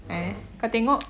eh kau tengok